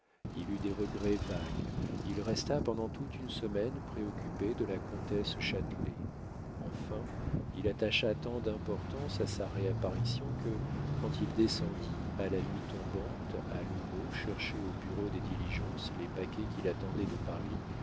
il eut des regrets vagues il resta pendant toute une semaine préoccupé de la comtesse châtelet enfin il attacha tant d'importance à sa réapparition que quand il descendit à la nuit tombante à l'houmeau chercher au bureau des diligences les paquets qu'il attendait de paris